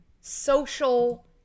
social